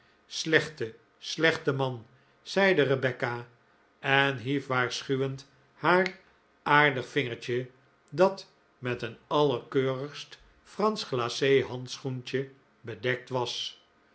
slechte slechte man zeide rebecca en hief waarschuwend haar aardig vingertje dat met een allerkeurigst fransch glace handschoentje bedekt was